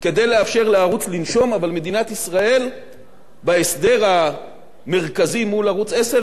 אבל מדינת ישראל בהסדר המרכזי מול ערוץ-10 לא מוותרת כאן על פרוטה.